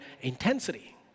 intensity